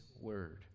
word